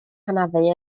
hanafu